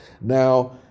Now